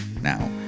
now